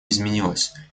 изменилось